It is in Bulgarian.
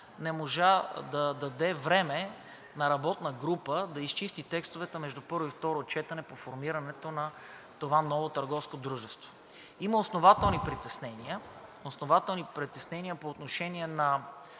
не можа да даде време на работна група да изчисти текстовете по първо и второ четене по формирането на това ново търговско дружество. Има основателни притеснения по отношение на